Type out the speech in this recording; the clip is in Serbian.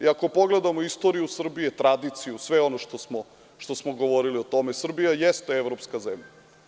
Ako pogledamo istoriju Srbije, tradiciju, sve ono što smo govorili o tome, Srbija jeste evropska zemlja.